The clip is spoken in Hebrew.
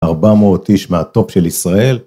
400 איש מהטופ של ישראל